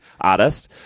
artist